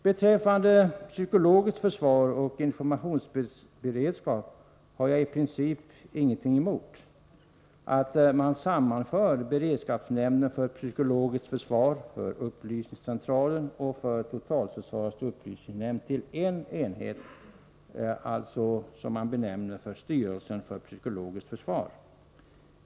Beträffande psykologiskt försvar och informationsberedskap har jag i princip ingenting emot att man sammanför beredskapsnämnden för psykologiskt försvar, upplysningscentralen och totalförsvarets upplysningsnämnd till en enhet som benämns styrelsen för psykologiskt försvar.